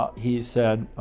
he said,